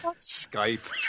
Skype